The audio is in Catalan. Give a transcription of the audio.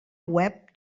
web